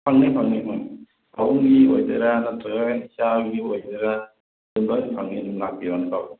ꯐꯪꯅꯤ ꯐꯪꯅꯤ ꯐꯪꯅꯤ ꯄꯥꯕꯨꯡꯒꯤ ꯑꯣꯏꯗꯣꯏꯔꯥ ꯅꯠꯇ꯭ꯔꯒ ꯏꯆꯥꯒꯤ ꯑꯣꯏꯗꯣꯏꯔꯥ ꯑꯗꯨꯝ ꯂꯣꯏ ꯐꯪꯉꯦ ꯑꯗꯨꯝ ꯂꯥꯛꯄꯤꯔꯣꯅꯦ ꯄꯥꯕꯨꯡ